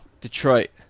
Detroit